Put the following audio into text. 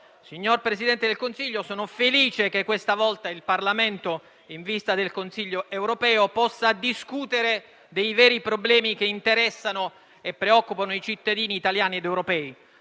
signor Presidente del Consiglio, sono felice che questa volta il Parlamento, in vista del Consiglio europeo, possa discutere dei veri problemi che interessano e preoccupano i cittadini italiani ed europei,